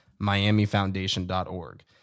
miamifoundation.org